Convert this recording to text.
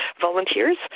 volunteers